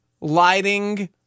lighting